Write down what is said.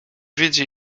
widzi